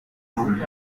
vous